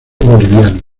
boliviano